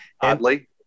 Oddly